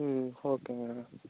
ம் ஓகேங்கண்ணா